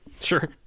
Sure